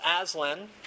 Aslan